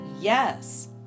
Yes